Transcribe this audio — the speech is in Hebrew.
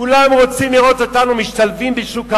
כולם רוצים לראות אותנו משתלבים בשוק העבודה,